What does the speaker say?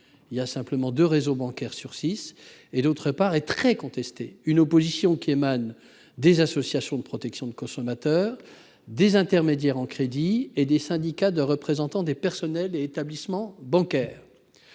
concernait que deux réseaux bancaires sur six -et qu'il était également très contesté. L'opposition émane des associations de protection des consommateurs, des intermédiaires en crédit et des syndicats représentant les personnels des établissements bancaires.